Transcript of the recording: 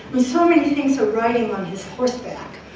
with so many things are riding on his horseback.